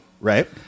Right